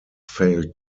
failed